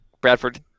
Bradford